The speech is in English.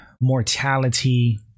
mortality